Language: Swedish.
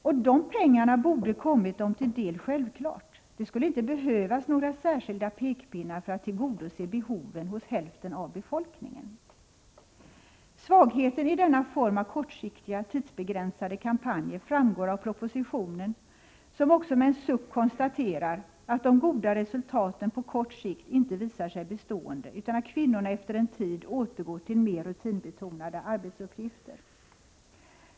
Och dessa pengar borde ha kommit dem till del självklart. Det skulle inte behövas några särskilda pekpinnar för att tillgodose behoven hos hälften av befolkningen. Svagheten i denna form av kortsiktiga, tidsbegränsade kampanjer framgår av propositionen, där det också med en suck konstateras att de goda resultaten på kort sikt inte visat sig bestående, utan att kvinnorna efter en tid återgått till mer rutinbetonade arbetsuppgifter.